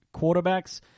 quarterbacks